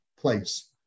place